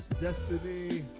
destiny